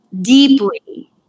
deeply